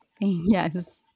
yes